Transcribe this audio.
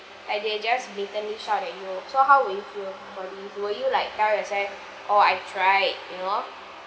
and they're just shout at you so how will you feel for this will you like tell yourself oh I tried you know